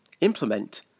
Implement